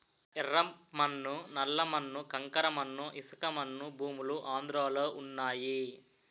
యెర్ర మన్ను నల్ల మన్ను కంకర మన్ను ఇసకమన్ను భూములు ఆంధ్రలో వున్నయి